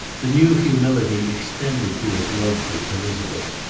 the new humility extended to his love for elizabeth.